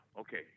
okay